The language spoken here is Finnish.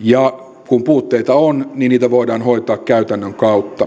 ja kun puutteita on niin niitä voidaan hoitaa käytännön kautta